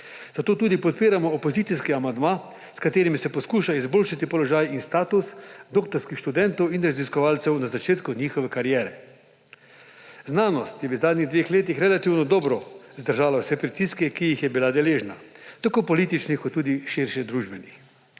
Zato tudi podpiramo opozicijski amandma, s katerim se poskuša izboljšati položaj in status doktorskih študentov in raziskovalcev na začetku njihove kariere. Znanost je v zadnjih dveh letih relativno dobro zdržala vse pritiske, ki jih je bila deležna, tako politične kot tudi širšedružbene.